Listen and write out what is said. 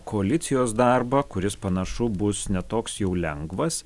koalicijos darbą kuris panašu bus ne toks jau lengvas